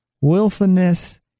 willfulness